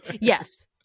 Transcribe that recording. Yes